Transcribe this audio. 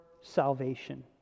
salvation